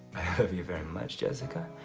i love you very much jessica.